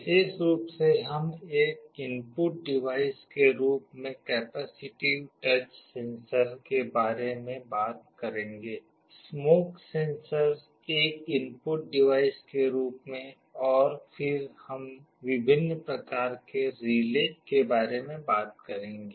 विशेष रूप से हम एक इनपुट डिवाइस के रूप में कैपेसिटिव टच सेंसर के बारे में बात करेंगे स्मोक सेंसर एक इनपुट डिवाइस के रूप में और फिर हम विभिन्न प्रकार के रिले के बारे में बात करेंगे